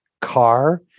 car